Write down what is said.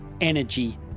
energy